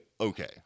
okay